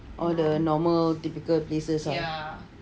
all the normal typical places ah